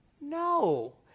No